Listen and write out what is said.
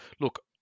look